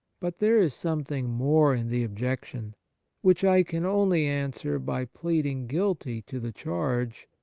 but there is some thing more in the objection which i can only answer by pleading guilty to the charge,